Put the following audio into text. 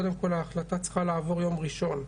קודם כל ההחלטה צריכה לעבור ביום ראשון.